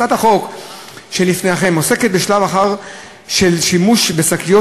הצעת החוק שלפניכם עוסקת בשלב אחר של השימוש בשקיות,